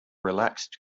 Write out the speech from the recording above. relaxed